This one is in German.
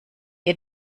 ihr